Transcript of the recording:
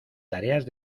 tareas